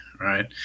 right